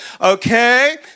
okay